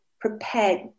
prepared